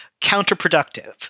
counterproductive